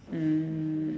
mm